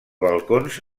balcons